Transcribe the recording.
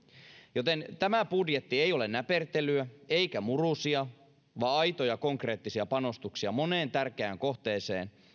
joten tämä budjetti ei ole näpertelyä eikä murusia vaan aitoja konkreettisia panostuksia moneen tärkeään kohteeseen